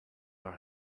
are